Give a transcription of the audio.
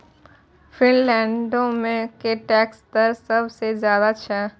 फिनलैंडो के टैक्स दर सभ से ज्यादे छै